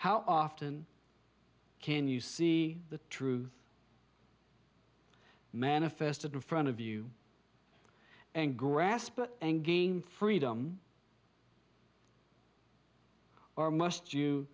how often can you see the truth manifested in front of you and grasp and gain freedom or must